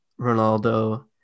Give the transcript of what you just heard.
Ronaldo